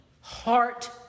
heart